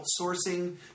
outsourcing